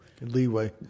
Leeway